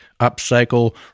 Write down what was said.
Upcycle